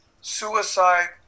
suicide